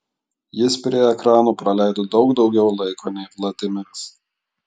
jis prie ekranų praleido daug daugiau laiko nei vladimiras